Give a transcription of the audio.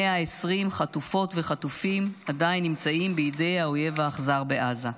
120 חטופות וחטופים עדיין נמצאים בידי האויב האכזר בעזה,